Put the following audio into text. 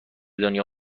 دنیا